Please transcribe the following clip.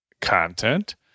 content